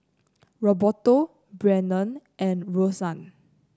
Roberto Brennan and Rosann